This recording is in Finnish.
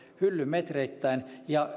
hyllymetreittäin